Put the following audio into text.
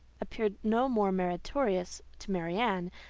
appeared no more meritorious to marianne,